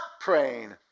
praying